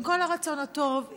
עם כל הרצון הטוב,